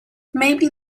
maybe